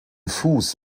fuß